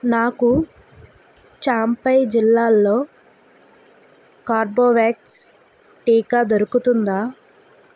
నాకు చాంపయ్ జిల్లాలో కార్బొవ్యాక్స్ టీకా దొరుకుతుందా